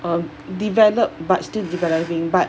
um developed but still developing but